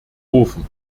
ofen